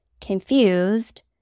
confused